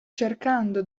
cercando